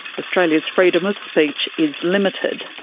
australia's freedom of speech is limited.